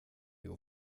går